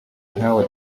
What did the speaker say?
nkawe